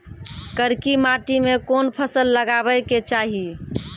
करकी माटी मे कोन फ़सल लगाबै के चाही?